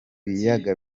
biyaga